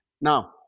Now